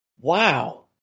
Wow